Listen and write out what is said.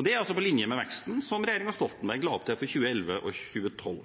Det er altså på linje med veksten som regjeringen Stoltenberg la opp til for 2011 og 2012.